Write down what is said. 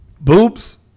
Boobs